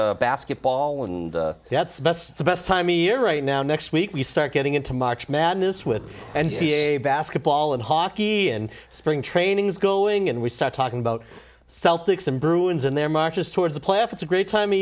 n h basketball and that's the best the best time of year right now next week we start getting into march madness with and ca basketball and hockey and spring training is going and we start talking about celtics and bruins and their marches towards the playoffs it's a great time of